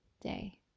day